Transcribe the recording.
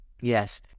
Yes